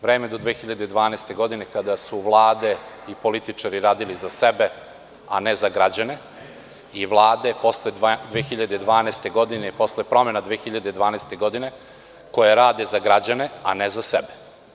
Vreme do 2012. godine kada su vlade i političari radili za sebe, a ne za građane i vlade posle 2012. godine, posle promena 2012. godine koje rade za građane a ne za sebe.